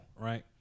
Right